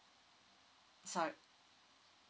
sorry